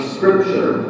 Scripture